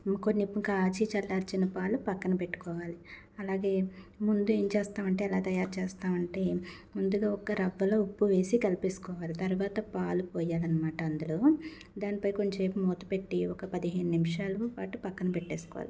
ఇంకొన్ని కొన్ని కాచి చల్లార్చిన పాలు పక్కన పెట్టుకోవాలి అలాగే ముందు ఏం చేస్తామంటే ఎలా తయారు చేస్తామంటే ముందుగా ఒక రవ్వలో ఉప్పు వేసి కలిపేసుకోవాలి తర్వాత పాలు పోయాలనమాట అందులో దానిపై కొంచేపు మూత పెట్టి ఒక పదిహేను నిమిషాలు పాటు పక్కన పెట్టేసుకోవాలి